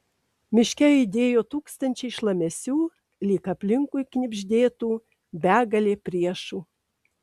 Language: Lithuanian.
miške aidėjo tūkstančiai šlamesių lyg aplinkui knibždėtų begalė priešų